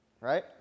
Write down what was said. right